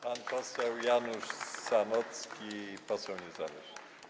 Pan poseł Janusz Sanocki, poseł niezależny.